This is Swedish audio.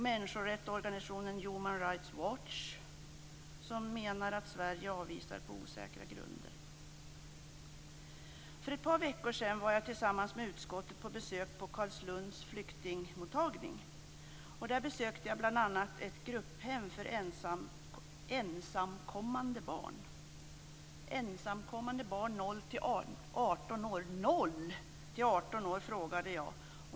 Människorättsorganisationen Human Rights Watch menar att Sverige avvisar människor på osäkra grunder. För ett par veckor sedan var jag tillsammans med utskottet på besök på Carlslunds flyktingmottagning. Där besökte jag bl.a. ett grupphem för ensamkommande barn noll till arton år gamla. Noll till arton år? frågade jag.